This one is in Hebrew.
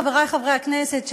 חברי חברי הכנסת,